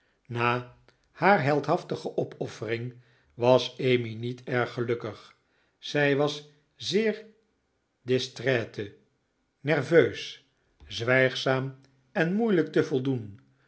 na haar heldhaftige opoffering was emmy niet erg gelukkig zij was zeer distraite nerveus zwijgzaam en moeilijk te voldoen